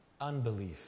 unbelief